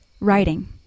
writing